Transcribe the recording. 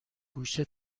گوشه